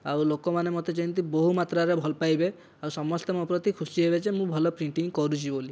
ଆଉ ଲୋକମାନେ ମୋତେ ଯେମିତି ବହୁମାତ୍ରାରେ ଭଲପାଇବେ ଆଉ ସମସ୍ତେ ମୋ ପ୍ରତି ଖୁସି ହେବେ ଯେ ମୁଁ ଭଲ ପ୍ରିଣ୍ଟିଂ କରୁଛି ବୋଲି